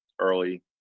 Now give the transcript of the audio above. early